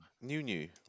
new-new